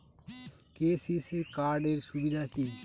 KCC card এর সুবিধা কি?